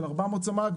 של 400 סמ"ק,